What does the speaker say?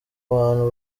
bantu